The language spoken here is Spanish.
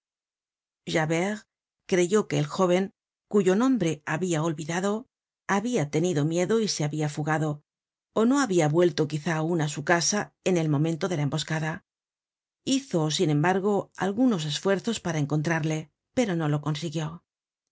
javert creyó que el jóven cuyo nombre habia olvidado habia tenido miedo y se habia fugado ó no habia vuelto quizá aun á su casa en el momento de la emboscada hizo sin embargo algunos esfuerzos para encontrarle pero no lo consiguió